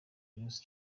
josh